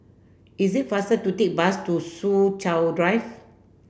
it is faster to take bus to Soo Chow Drive